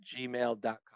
gmail.com